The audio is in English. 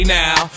now